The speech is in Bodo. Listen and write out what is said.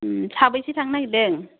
साबैसे थांनो नागिरदों